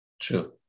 True